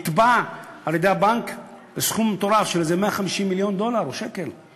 ונתבע על-ידי הבנק בסכום מטורף של איזה 150 מיליון דולר או שקל,